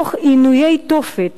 תוך עינויי תופת,